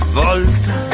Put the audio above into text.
volta